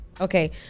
Okay